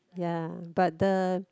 ya but the